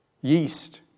Yeast